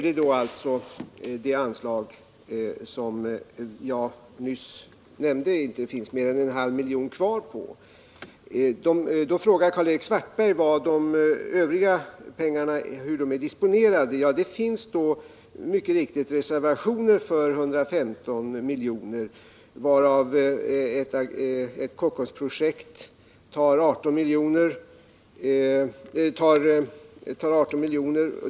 Det är alltså det anslag som jag nyss nämnde att det inte finns mer än drygt en halv miljon kvar på. Då frågar Karl-Erik Svartberg hur de övriga pengarna är disponerade. Det finns mycket riktigt reservationer för 115 milj.kr., varav ett Kockumsprojekt tar 18 miljoner.